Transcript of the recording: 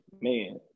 man